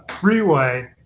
freeway